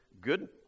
good